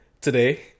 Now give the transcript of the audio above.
today